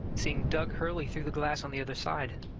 seeing doug hurley through the glass on the other side.